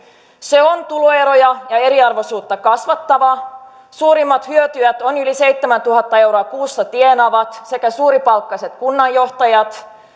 se on tuloeroja ja eriarvoisuutta kasvattava suurimmat hyötyjät ovat yli seitsemäntuhatta euroa kuussa tienaavat sekä suuripalkkaiset kunnanjohtajat